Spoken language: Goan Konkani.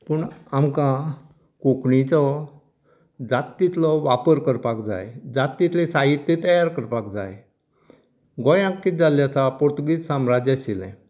पूण आमकां कोंकणीचो जात तितलो वापर करपाक जाय जात तितलें साहित्य तयार करपाक जाय गोंयाक कित जाल्लें आसा पोर्तुगीज साम्राज्य आशिल्लें